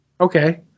okay